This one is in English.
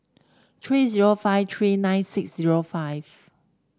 three zero five three nine six zero five